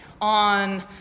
on